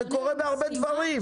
זה קורה בהרבה דברים.